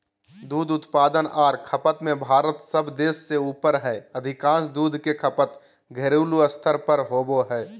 दूध उत्पादन आर खपत में भारत सब देश से ऊपर हई अधिकांश दूध के खपत घरेलू स्तर पर होवई हई